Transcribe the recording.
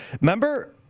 Remember